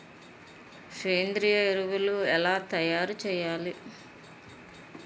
సేంద్రీయ ఎరువులు ఎలా తయారు చేయాలి?